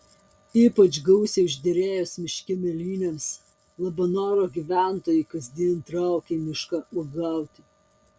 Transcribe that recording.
ypač gausiai užderėjus miške mėlynėms labanoro gyventojai kasdien traukia į mišką uogauti